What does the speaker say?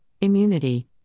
immunity